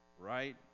Right